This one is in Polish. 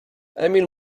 emil